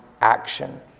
action